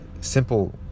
simple